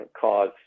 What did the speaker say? cause